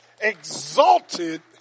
exalted